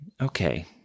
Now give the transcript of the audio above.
Okay